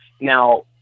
Now